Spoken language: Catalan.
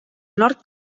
nord